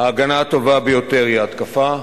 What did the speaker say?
ההגנה הטובה ביותר היא ההתקפה.